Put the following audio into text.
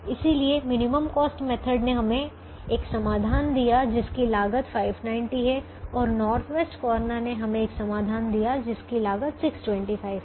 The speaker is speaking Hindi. इसलिए मिनिमम कॉस्ट मेथड ने हमें एक समाधान दिया जिसकी लागत 590 है और नार्थ वेस्ट कार्नर ने हमें एक समाधान दिया जिसकी लागत 625 है